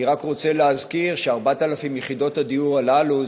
אני רק רוצה להזכיר ש-4,000 יחידות הדיור האלה הן